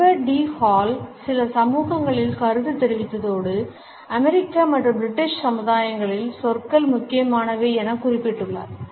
Edward T Hall சில சமூகங்களில் கருத்து தெரிவித்ததோடு அமெரிக்க மற்றும் பிரிட்டிஷ் சமுதாயங்களின் சொற்கள் முக்கியமானவை என குறிப்பிட்டுள்ளார்